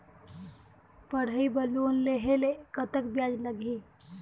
पढ़ई बर लोन लेहे ले कतक ब्याज लगही?